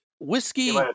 Whiskey